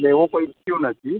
એવો કોઈ ઇસ્યૂ નથી